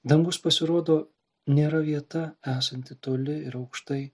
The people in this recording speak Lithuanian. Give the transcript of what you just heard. dangus pasirodo nėra vieta esanti toli ir aukštai